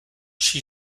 she